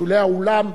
בשולי האולם,